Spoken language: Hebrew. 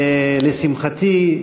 לשמחתי,